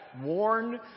warn